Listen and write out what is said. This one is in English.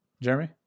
Jeremy